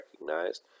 recognized